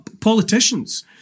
politicians